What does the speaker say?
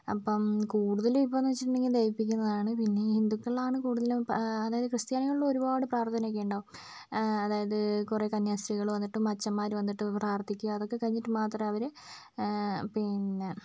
അപ്പം കൂടുതൽ ഇപ്പം എന്ന് വെച്ചിട്ടുണ്ടെങ്കിൽ ദഹിപ്പിക്കുന്നതാണ് പിന്നെ ഹിന്ദുക്കളാണ് കൂടുതലും പ അതായത് ക്രിസ്ത്യാനികൾ ഒരുപാട് പ്രാർത്ഥനയൊക്കെ ഉണ്ടാവും അതായത് കുറേ കന്യാസ്ത്രീകൾ വന്നിട്ടും അച്ചന്മാർ വന്നിട്ടും പ്രാർത്ഥിക്കുക അതൊക്കെ കഴിഞ്ഞിട്ട് മാത്രമേ അവർ പിന്നെ